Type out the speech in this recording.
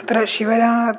तत्र शिवरा